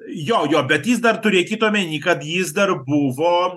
jo jo bet jis dar turėkit omeny kad jis dar buvo